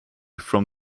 from